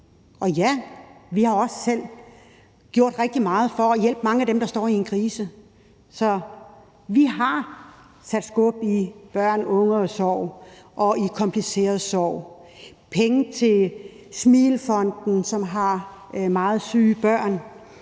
Og ja, vi har selv gjort rigtig meget for at hjælpe mange af dem, der står i en krise, så vi har sat skub i Børn, Unge & Sorg, også i forhold til kompliceret sorg.